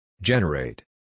Generate